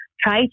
try